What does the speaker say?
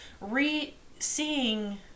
re-seeing